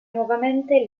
nuovamente